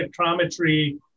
spectrometry